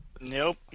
Nope